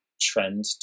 trend